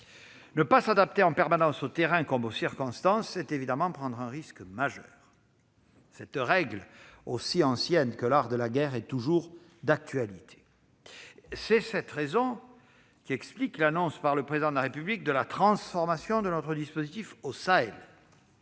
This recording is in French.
Ne pas s'adapter en permanence au terrain comme aux circonstances revient évidemment à prendre un risque majeur. Cette règle, aussi ancienne que l'art de la guerre, est toujours d'actualité. C'est évidemment la raison pour laquelle le Président de la République a annoncé la transformation de notre dispositif au Sahel.